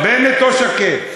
בנט לא שקט.